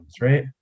right